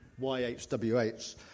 YHWH